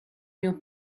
mio